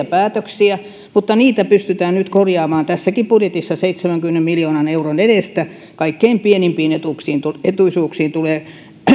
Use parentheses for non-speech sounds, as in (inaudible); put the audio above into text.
(unintelligible) päätöksiä mutta niitä pystytään nyt korjaamaan tässäkin budjetissa seitsemänkymmenen miljoonan euron edestä kaikkein pienimpiin etuisuuksiin tulee